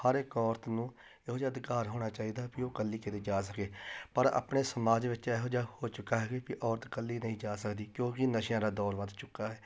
ਹਰ ਇੱਕ ਔਰਤ ਨੂੰ ਇਹੋ ਜਿਹਾ ਅਧਿਕਾਰ ਹੋਣਾ ਚਾਹੀਦਾ ਵੀ ਉਹ ਇਕੱਲੀ ਕਿਤੇ ਜਾ ਸਕੇ ਪਰ ਆਪਣੇ ਸਮਾਜ ਵਿੱਚ ਇਹੋ ਜਿਹਾ ਹੋ ਚੁੱਕਾ ਹੈ ਵੀ ਔਰਤ ਇਕੱਲੀ ਨਹੀਂ ਜਾ ਸਕਦੀ ਕਿਉਂਕਿ ਨਸ਼ਿਆਂ ਦਾ ਦੌਰ ਵੱਧ ਚੁੱਕਾ ਹੈ